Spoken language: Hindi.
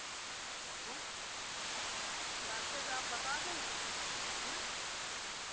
आँय अब क्लासेज़ आप बता दें तो आँय